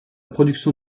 production